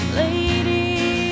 lady